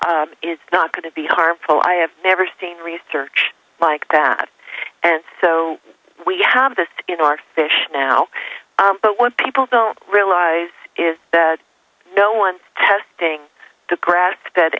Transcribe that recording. is not going to be harmful i have never seen research like that and so we have this in our fish now but what people don't realize is that no one testing the graphic dead